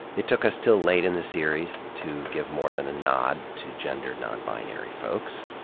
it took us til late in the series to give more than a nod to gender non-binary folks.